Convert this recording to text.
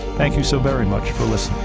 thank you so very much for listening.